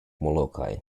molokai